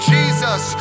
Jesus